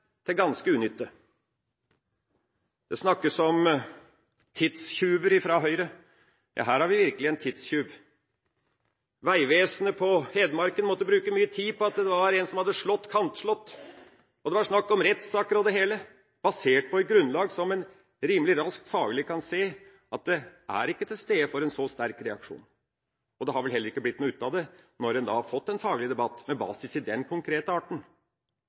har vi virkelig en tidstyv. Vegvesenet på Hedmark måtte bruke mye tid på en som hadde kantslått, og det var snakk om rettssak og det hele, der en rimelig raskt faglig kunne se at grunnlaget ikke var til stede for en så sterk reaksjon. Det har vel heller ikke blitt noe ut av det, når en da har fått en faglig debatt med basis i den konkrete arten.